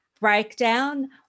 breakdown